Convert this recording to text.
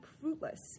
fruitless